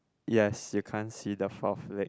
yes you can't see the fourth leg